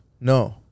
No